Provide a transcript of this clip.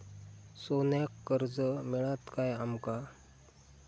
सोन्याक कर्ज मिळात काय आमका?